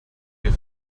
wir